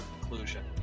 conclusion